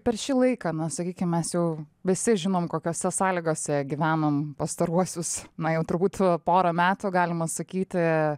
per šį laiką na sakykim mes jau visi žinom kokiose sąlygose gyvenom pastaruosius na jau turbūt porą metų galima sakyti